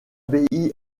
abbaye